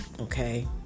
okay